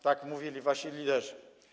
Tak mówili wasi liderzy.